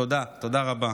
תודה, תודה רבה.